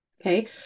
okay